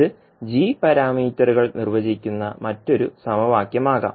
ഇത് g പാരാമീറ്ററുകൾ നിർവചിക്കുന്ന മറ്റൊരു സമവാക്യമാകാം